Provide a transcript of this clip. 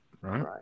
Right